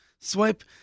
Swipe